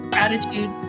Gratitude